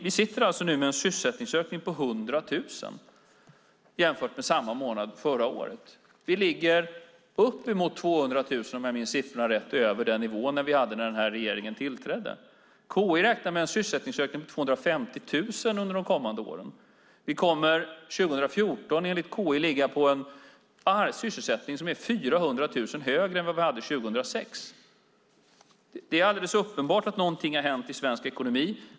Vi sitter nu med en sysselsättningsökning på 100 000 jämfört med samma månad förra året. Vi ligger på uppemot 200 000, om jag minns siffrorna rätt, över den nivå vi hade när den här regeringen tillträdde. KI räknar med en sysselsättningsökning på 250 000 under de kommande åren. Vi kommer 2014, enligt KI, att ligga på en sysselsättning som är 400 000 högre än vad vi hade 2006. Det är alldeles uppenbart att någonting har hänt i svensk ekonomi.